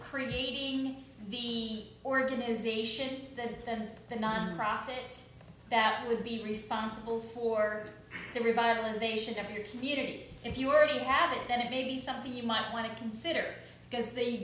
creepy the organization that the nonprofit that would be responsible for the revitalization of your community if you already have it and it may be something you might want to consider because the